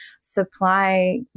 supply